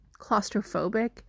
claustrophobic